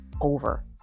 over